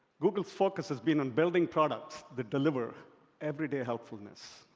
google's focus has been on building products that deliver everyday helpfulness.